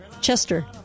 Chester